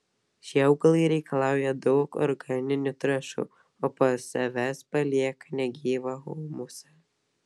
šie augalai reikalauja daug organinių trąšų o po savęs palieka negyvą humusą